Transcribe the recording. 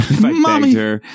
Mommy